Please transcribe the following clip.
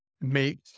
make